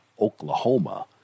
Oklahoma